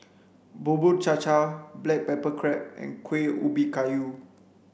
Bubur Cha Cha black pepper crab and Kueh Ubi Kayu